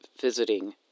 visiting